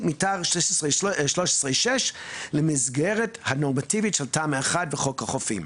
מתאר 6/13 למסגרת הנורמטיבית של תמ"א1 בחוק החופים.